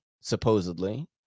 supposedly